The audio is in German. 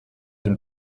dem